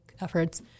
efforts